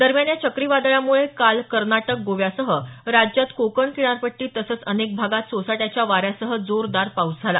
दरम्यान या चक्रीवादळामुळे काल कर्नाटक गोव्यासह राज्यात कोकण किनारपट्टीत तसंच अनेक भागात सोसाट्याच्या वाऱ्यासह जोरदार पाऊस झाला